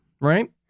right